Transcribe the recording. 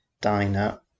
Diner